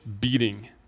beating